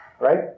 right